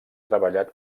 treballat